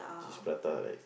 cheese prata right